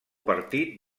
partit